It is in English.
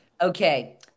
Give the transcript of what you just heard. Okay